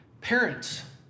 Parents